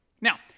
Now